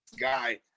guy